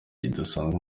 kidasanzwe